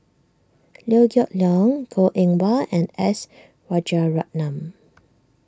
Liew Geok Leong Goh Eng Wah and S Rajaratnam